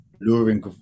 luring